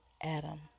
Adam